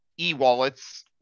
e-wallets